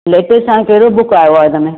latest हाणे कहिड़ो book आयो आहे हिन में